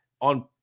on